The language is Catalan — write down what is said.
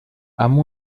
amb